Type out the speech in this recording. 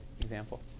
example